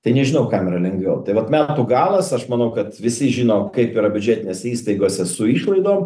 tai nežinau kam yra lengviau tai vat metų galas aš manau kad visi žino kaip yra biudžetinėse įstaigose su išlaidom